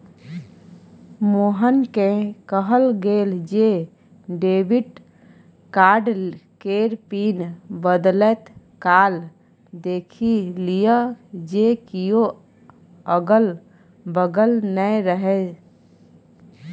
मोहनकेँ कहल गेल जे डेबिट कार्ड केर पिन बदलैत काल देखि लिअ जे कियो अगल बगल नै रहय